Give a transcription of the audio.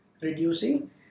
reducing